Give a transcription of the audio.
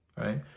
right